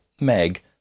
Meg